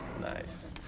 Nice